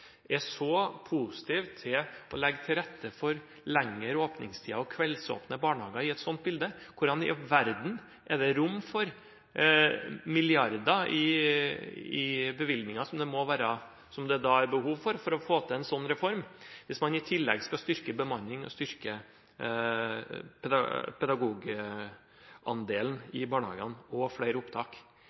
er så positive til å legge til rette for lengre åpningstider og kveldsåpne barnehager i et sånt bilde. Hvordan i all verden er det rom for milliarder i bevilgninger, som det da vil være behov for for å få til en sånn reform, hvis man i tillegg skal styrke bemanningen og styrke pedagogandelen i barnehagene – og flere opptak?